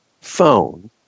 phone